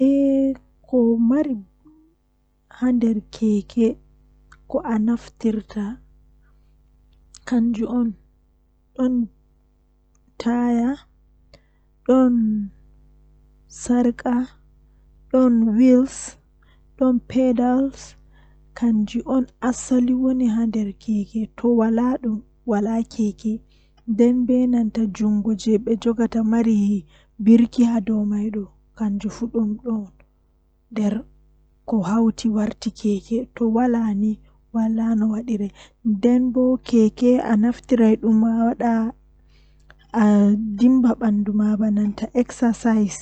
Saare jei mi burdaa yiduki janjum woni saare manga jei woni haa apatmenji mallaa mi wiya cudi-cudi duddi haander bana guda noogas ngam mi yidi min be bandiraabe am pat min wona haa nder kala komoi fuu don wondi be iyaalu mum haa nder saare man.